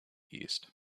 east